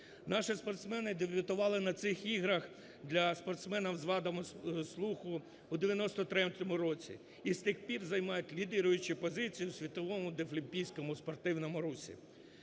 Наші спортсмени дебютували на цих іграх для спортсменів з вадами слуху в 1993 році і з тих пір займають лідируючі позиції у світовому дефлімпійському спортивному русі.